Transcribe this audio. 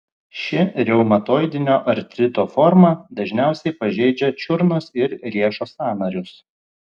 ši reumatoidinio artrito forma dažniausiai pažeidžia čiurnos ir riešo sąnarius